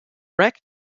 wreck